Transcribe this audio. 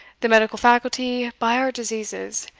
the medical faculty by our diseases,